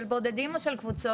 של בודדים או של קבוצות?